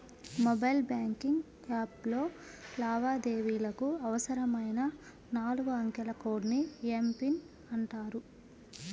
mobile banking యాప్లో లావాదేవీలకు అవసరమైన నాలుగు అంకెల కోడ్ ని ఎమ్.పిన్ అంటారు